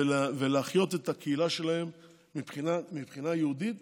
ולהחיות את הקהילה שלהם מבחינה יהודית